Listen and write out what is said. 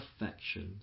affections